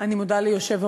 אני מודה ליושב-ראש.